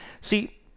See